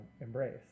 embrace